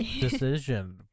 decision